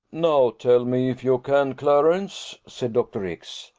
now, tell me, if you can, clarence, said dr. x,